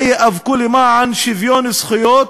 בה ייאבקו למען שוויון זכויות,